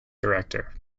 director